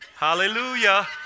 Hallelujah